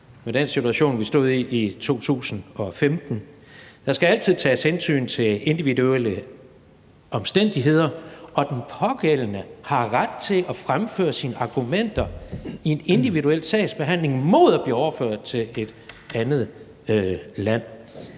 med den situation, vi stod i i 2015. Der skal altid tages hensyn til individuelle omstændigheder, og den pågældende har ret til at fremføre sine argumenter i en individuel sagsbehandling mod at blive overført til et andet land.